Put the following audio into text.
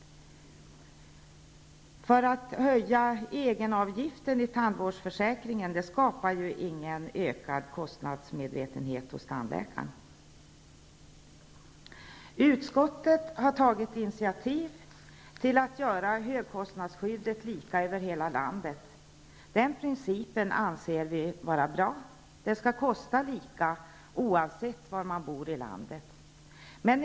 Att höja egenavgiften i tandvårdsförsäkringen skapar ju inte någon ökad kostnadsmedvetenhet hos tandläkaren. Utskottet har tagit initiativ till att göra högkostnadsskyddet lika över hela landet. Det är en princip som vi anser vara bra. Det skall kosta lika mycket, oavsett var i landet man bor.